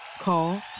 Call